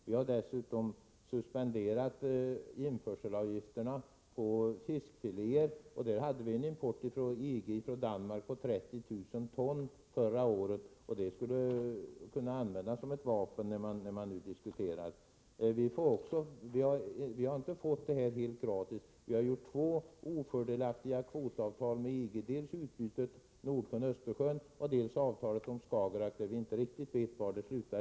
Vi har dessutom suspenderat införselavgifterna på fiskfiléer, av vilka vi förra året fick en import från EG-landet Danmark på 30 000 ton. Också detta skulle kunna användas som ett vapen när man nu diskuterar. Vi har inte fått detta helt gratis. Vi har två ofördelaktiga kvotavtal med EG, dels utbytet Nordsjön-Östersjön och dels avtalet om Skagerrak där vi inte vet var det kommer att sluta.